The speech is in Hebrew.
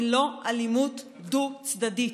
היא לא אלימות דו-צדדית.